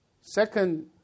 Second